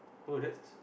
oh that's